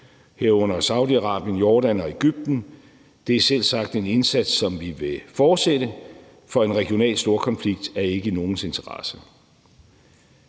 herunder Saudi-Arabien, Jordan og Egypten. Det er selvsagt en indsats, som vi vil fortsætte, for en regional storkonflikt er ikke i nogens interesse.